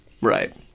Right